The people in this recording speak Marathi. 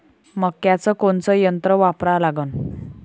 मक्याचं कोनचं यंत्र वापरा लागन?